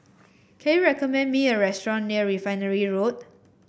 can you recommend me a restaurant near Refinery Road